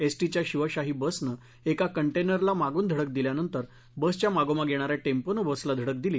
एसटीच्या शिवशाही बसनं एका कंटेनरला मागून धडक दिल्यानंतर बसच्या मागोमाग येणाऱ्या टेम्पोनं बसला धडक दिली